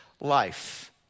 life